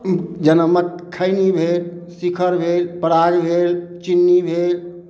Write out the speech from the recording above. जेनामे खैनी भेल शिखर भेल पराग भेल चिन्नी भेल